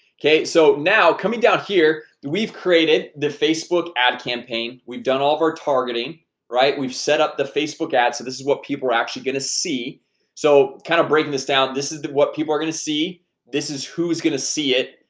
okay, so now coming down here we've created the facebook ad campaign. we've done all of our targeting right we've set up the facebook ad so this is what people are actually gonna see so kind of breaking this down. this is what people are gonna see this is who's gonna see it.